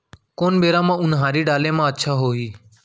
कोन बेरा म उनहारी डाले म अच्छा होही?